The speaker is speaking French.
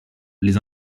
les